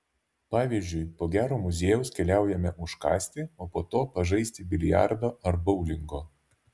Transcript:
pavyzdžiui po gero muziejaus keliaujame užkąsti o po to pažaisti biliardo ar boulingo